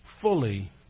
fully